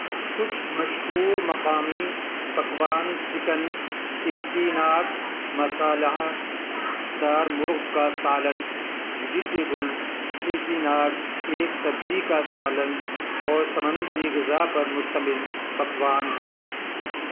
کچھ مشہور مقامی پکوان چکن چیٹی ناڈ مصالحہ دار مرغ کا سالن ویجیٹیبل چیٹی ناڈ ایک سبزی کا سالن اور سمندری غذا پر مشتمل پکوان ہیں